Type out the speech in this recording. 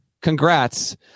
congrats